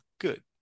good